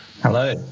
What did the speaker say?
hello